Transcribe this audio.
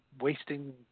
wasting